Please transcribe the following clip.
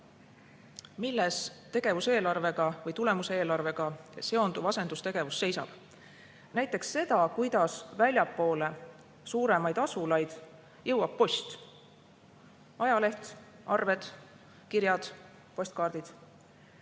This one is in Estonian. milles tegevuspõhise või tulemuseelarvega seotud asendustegevus seisab. Näiteks seda, kuidas väljapoole suuremaid asulaid jõuab post: ajaleht, arved, kirjad, postkaardid.